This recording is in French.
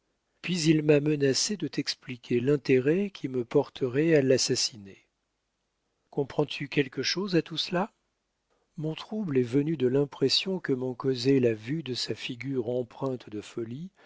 puis il m'a menacée de t'expliquer l'intérêt qui me porterait à l'assassiner comprends-tu quelque chose à tout cela mon trouble est venu de l'impression que m'ont causée la vue de sa figure empreinte de folie